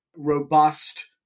robust